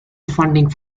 funding